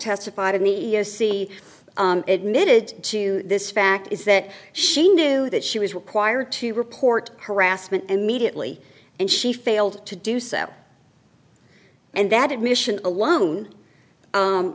testified immediacy admitted to this fact is that she knew that she was required to report harassment immediately and she failed to do so and that admission